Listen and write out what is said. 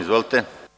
Izvolite.